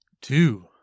two